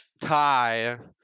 tie